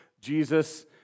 Jesus